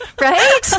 Right